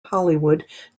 hollywood